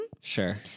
sure